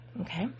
Okay